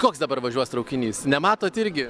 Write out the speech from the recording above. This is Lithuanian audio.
koks dabar važiuos traukinys nematot irgi